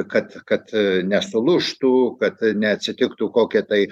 kad kad nesulūžtų kad neatsitiktų kokia tai